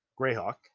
Greyhawk